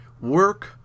work